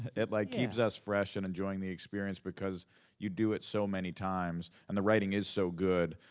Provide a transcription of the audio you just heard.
it like keeps us fresh and enjoying the experience because you do it so many times, and the writing is so good,